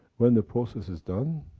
when the process is done,